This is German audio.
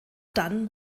dann